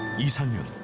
lee sangyoon